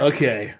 Okay